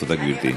תודה, גברתי.